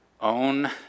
own